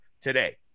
today